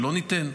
שלא ניתן.